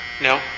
No